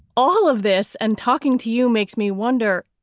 all of this and talking to you makes me wonder,